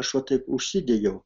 aš va taip užsidegiau